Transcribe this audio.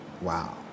Wow